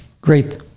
Great